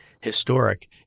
Historic